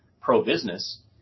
pro-business